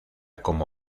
como